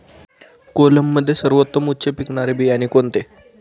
कोलममध्ये सर्वोत्तम उच्च पिकणारे बियाणे कोणते?